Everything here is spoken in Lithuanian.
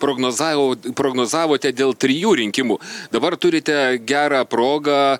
prognozavo prognozavote dėl trijų rinkimų dabar turite gerą progą